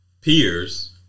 peers